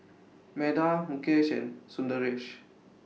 Medha Mukesh and Sundaresh